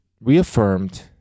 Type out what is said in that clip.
reaffirmed